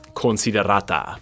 considerata